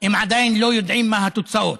אם עדיין לא יודעים מה התוצאות.